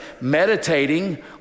meditating